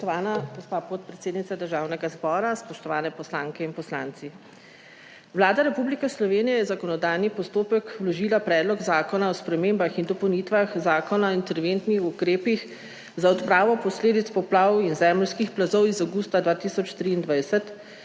gospa podpredsednica Državnega zbora, spoštovani poslanke in poslanci! Vlada Republike Slovenije je v zakonodajni postopek vložila Predlog zakona o spremembah in dopolnitvah Zakona o interventnih ukrepih za odpravo posledic poplav in zemeljskih plazov iz avgusta 2023,